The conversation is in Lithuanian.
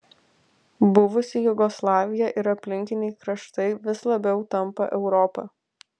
buvusi jugoslavija ir aplinkiniai kraštai vis labiau tampa europa